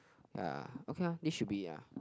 ya okay ah this should be it ah